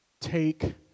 take